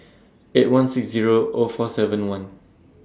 eight one six Zero O four seven one